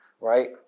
right